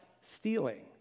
stealing